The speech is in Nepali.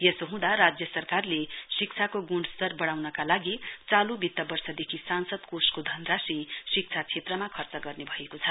यसो हुँदा राज्य सरकारले शिक्षाको गुण्स्तर बढ़ाउनका लागि चालू वित्त वर्ष देखि सांसद कोषको धनराशि शिक्षा क्षेत्रमा खर्च गर्ने भएको छ